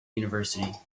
university